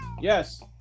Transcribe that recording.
yes